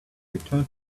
return